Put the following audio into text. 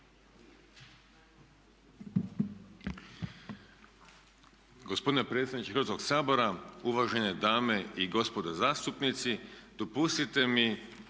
Hvala